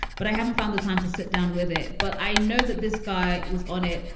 but i haven't found the time to sit down with it. but i know that this guy was on it.